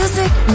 Music